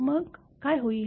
मग काय होईल